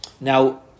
Now